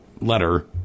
letter